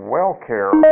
Wellcare